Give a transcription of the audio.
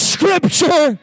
Scripture